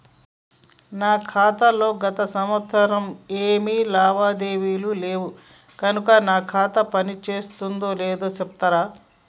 నా ఖాతా లో గత సంవత్సరం ఏమి లావాదేవీలు లేవు కనుక నా ఖాతా పని చేస్తుందో లేదో చెప్తరా?